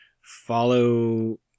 follow